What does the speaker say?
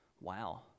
Wow